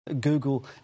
Google